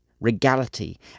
regality